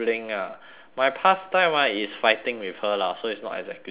my pastime ah is fighting with her lah so it's not exactly favourite